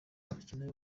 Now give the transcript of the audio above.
bakeneye